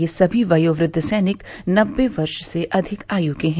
ये सभी वयोवृद्ध सैनिक नब्बे वर्ष से अधिक की आयु के हैं